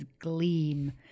gleam